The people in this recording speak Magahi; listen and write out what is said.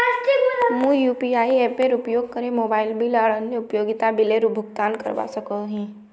मुई यू.पी.आई एपेर उपयोग करे मोबाइल बिल आर अन्य उपयोगिता बिलेर भुगतान करवा सको ही